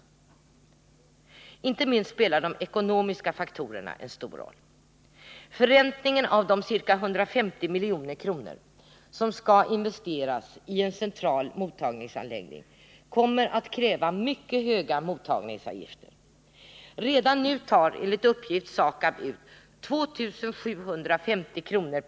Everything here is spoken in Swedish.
Inte minst spelar de ekonomiska faktorerna en stor roll. Förräntningen av de ca 150 milj.kr. som skall investeras i en central mottagningsanläggning kommer att kräva mycket höga mottagningsavgifter. Redan nu tar SAKAB enligt uppgift ut 2 750 kr.